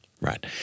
Right